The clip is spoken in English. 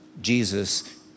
Jesus